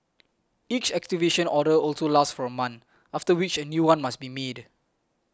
each activation order also lasts for a month after which a new one must be made